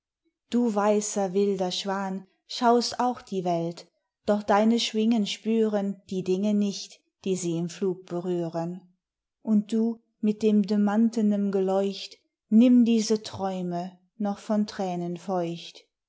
du weißer wilder schwan schaust auch die welt doch deine schwingen spüren die dinge nicht die sie im flug berühren und du mit dem demantenem geleucht nimm diese träume noch von tränen feucht